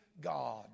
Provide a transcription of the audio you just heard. God